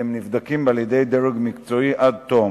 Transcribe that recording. והם נבדקים על-ידי דרג מקצועי עד תום.